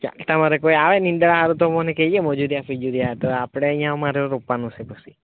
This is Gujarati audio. તમારે કોઈ આવે નીંદણ હોય તો મને કહેજે મોજે ત્યાં રિય તો આપણે અહીં રોપાનું છે પછી